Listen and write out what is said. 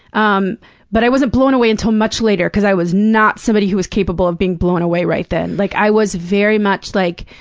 um but i wasn't blown away until much later cause i was not somebody who was capable of being blown away right then. like, i was very much, like,